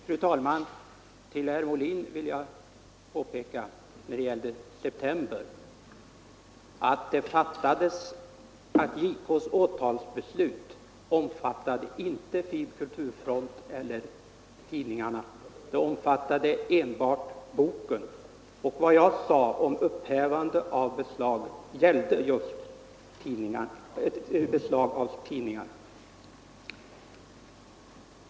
Fru talman! För herr Molin vill jag påpeka att JK:s åtalsbeslut inte omfattade FiB/Kulturfront utan enbart boken. Vad jag sade om ett upphävande av beslaget gällde just beslaget av tidningarna.